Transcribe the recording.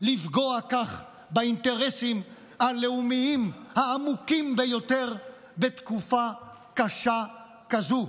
לפגוע כך באינטרסים הלאומיים העמוקים ביותר בתקופה קשה כזאת.